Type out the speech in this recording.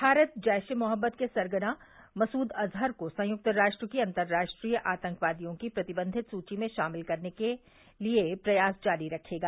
भारत जैश ए मोहम्मद के सरगना मसूद अज़हर को संयुक्त राष्ट्र की अंतर्राष्ट्रीय आतंकवादियों की प्रतिबंधित सूची में शामिल करने के लिए प्रयास जारी रखेगा